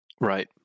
Right